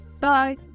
Bye